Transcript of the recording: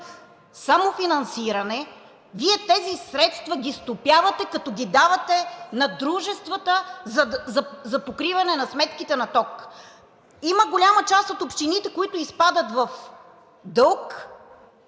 самофинансиране. Вие тези средства ги стопявате, като ги давате на дружествата за покриване на сметките за ток. Има голяма част от общините, които изпадат в дълг